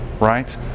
right